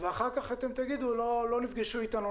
ואחר כך אתם תגידו: לא נפגשנו אתנו,